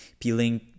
peeling